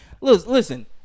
listen